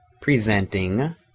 presenting